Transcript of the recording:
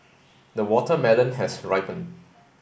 the watermelon has ripened